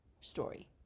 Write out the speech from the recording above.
story